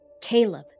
Caleb